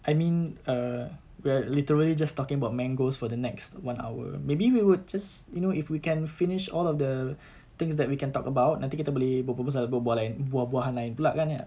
I mean uh we're literally just talking about mangoes for the next one hour maybe we would just you know if we can finish all of the things that we can talk about nanti kita boleh berbual pasal buah-buah lain buah-buahan lain pula kan